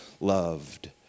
loved